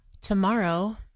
tomorrow